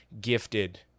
gifted